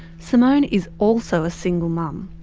simone is also a single mum.